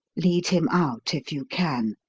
lead him out if you can.